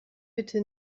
bitte